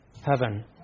heaven